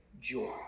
Joy